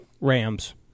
Rams